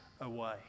away